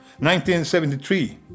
1973